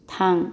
थां